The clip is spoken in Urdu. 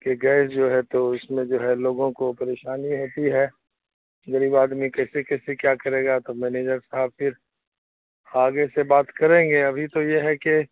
کہ گیس جو ہے تو اس میں جو ہے لوگوں کو پریشانی ہوتی ہے غریب آدمی کیسے کیسے کیا کرے گا تو مینیجر صاحب پھر آگے سے بات کریں گے ابھی تو یہ ہے کہ